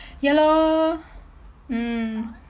ya lor mm